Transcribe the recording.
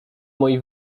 moi